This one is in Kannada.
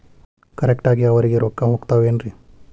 ಕರೆಕ್ಟ್ ಆಗಿ ಅವರಿಗೆ ರೊಕ್ಕ ಹೋಗ್ತಾವೇನ್ರಿ?